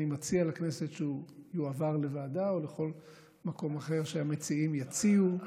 אני מציע לכנסת שהוא יועבר לוועדה או לכל מקום אחר שהמציעים יציעו.